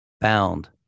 bound